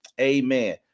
Amen